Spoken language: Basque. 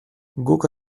guk